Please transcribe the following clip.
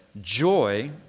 joy